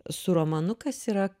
su romanu kas yra